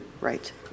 Right